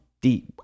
deep